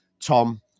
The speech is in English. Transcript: Tom